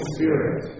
Spirit